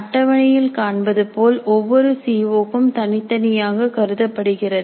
அட்டவணையில் காண்பது போல் ஒவ்வொரு சி ஒ க்கும் தனித்தனியாக கருதப்படுகிறது